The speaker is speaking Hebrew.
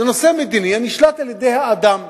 זה נושא מדיני הנשלט על-ידי האדם.